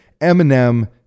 Eminem